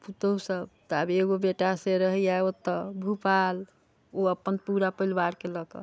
पुतहुसभ तऽ आब एगो बेटा से रहैए ओतय भोपाल ओ अपन पूरा परिवारकेँ लऽ कऽ